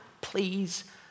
please